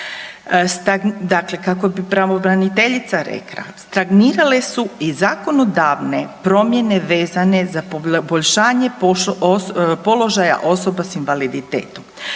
Dakle kako bi pravobraniteljica rekla, stagnirale su i zakonodavne promjene vezane za poboljšanje položaja osoba s invaliditetom.